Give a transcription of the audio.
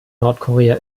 nordkorea